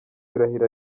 irahira